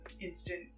instant